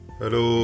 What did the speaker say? Hello